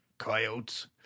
coyotes